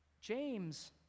James